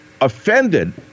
offended